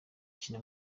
kina